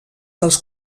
dels